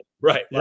Right